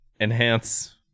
Enhance